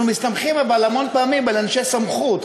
אבל אנחנו מסתמכים המון פעמים על אנשי סמכות,